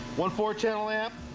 one four channel amp